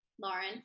Lawrence